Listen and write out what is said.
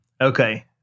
Okay